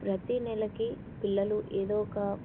ప్రతి నెలకి పిల్లలు ఏదో ఒక